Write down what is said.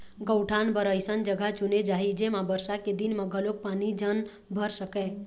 गउठान बर अइसन जघा चुने जाही जेमा बरसा के दिन म घलोक पानी झन भर सकय